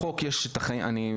לחוק יש את מה שכתוב,